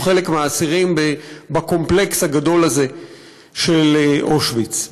חלק מהאסירים בקומפלקס הגדול הזה של אושוויץ.